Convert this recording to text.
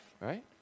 right